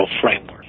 framework